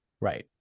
Right